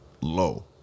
Low